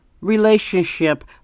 relationship